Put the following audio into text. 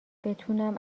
بتونم